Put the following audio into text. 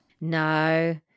No